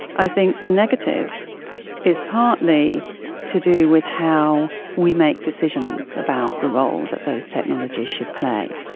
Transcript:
i think the negative is partly to do with how we make decisions about the role that those technologies should play.